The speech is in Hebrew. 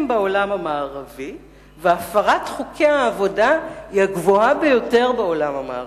בעולם המערבי והפרת חוקי העבודה היא הגבוהה ביותר בעולם המערבי.